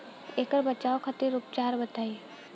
ऐकर बचाव खातिर उपचार बताई?